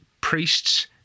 priests